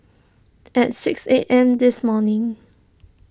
at six A M this morning